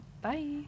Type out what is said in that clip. Bye